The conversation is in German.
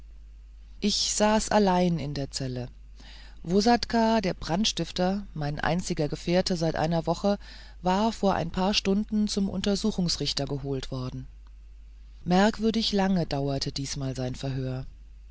ich saß allein in der zelle vssatka der brandstifter mein einziger gefährte seit einer woche war vor ein paar stunden zum untersuchungsrichter geholt worden merkwürdig lange dauerte diesmal sein verhör